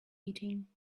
eating